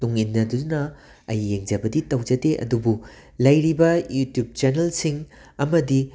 ꯇꯨꯡ ꯏꯟꯅꯗꯨꯅ ꯑꯩ ꯌꯦꯡꯖꯕꯗꯤ ꯇꯧꯖꯗꯦ ꯑꯗꯨꯕꯨ ꯂꯩꯔꯤꯕ ꯏꯌꯨꯇꯨꯞ ꯆꯦꯅꯦꯜꯁꯤꯡ ꯑꯃꯗꯤ